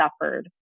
suffered